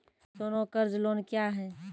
सोना कर्ज लोन क्या हैं?